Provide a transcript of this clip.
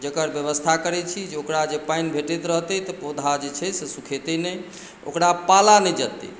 जकर व्यवस्था करै छी जे ओकरा जे पानि भेटैत रहते तऽ पौधा जे छै से सुखेतै नहि ओकरा पाला नहि जतते